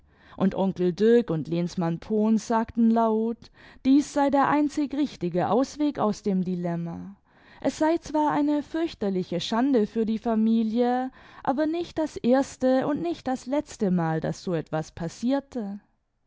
und onkel dirk und lehnsmann pohns sagten laut dies sei der einzig richtige ausweg aus dem dilemma es sei zwar eine fürchterliche schande für die familie aber nicht das erste imd nicht das letztemal daß so etwas passierte